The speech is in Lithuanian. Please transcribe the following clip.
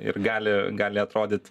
ir gali gali atrodyt